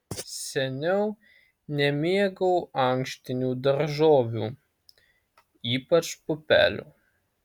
seniau nemėgau ankštinių daržovių ypač pupelių